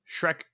Shrek